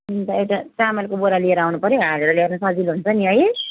अन्त एउटा चामलको बोरा लिएर आउनु पर्यो हौ हालेर लिएर सजिलो हुन्छ नि है